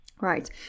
Right